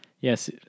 Yes